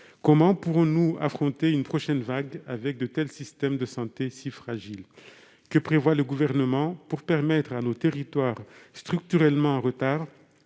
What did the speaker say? comment pourrons-nous affronter une prochaine vague avec des systèmes de santé si fragiles ? Que prévoit le Gouvernement pour permettre à nos territoires structurellement en retard